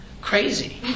Crazy